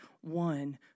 one